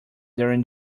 during